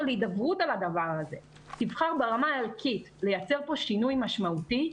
להידברות על הדבר הזה תבחר ברמה ערכית לייצר פה שינוי משמעותי,